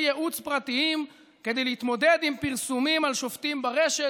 ייעוץ פרטיים כדי להתמודד עם פרסומים על שופטים ברשת",